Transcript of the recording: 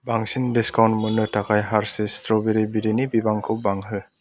बांसिन डिसकाउन्ट मोन्नो थाखाय हारशिस स्त्र'बेरि बिदैनि बिबांखौ बांहो